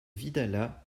vidalat